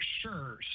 Sure